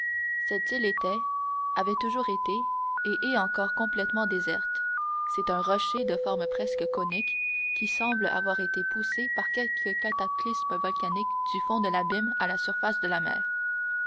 cette île était avait toujours été et est encore complètement déserte c'est un rocher de forme presque conique qui semble avoir été poussé par quelque cataclysme volcanique du fond de l'abîme à la surface de la mer